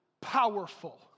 powerful